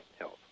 health